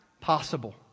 possible